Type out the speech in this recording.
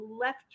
left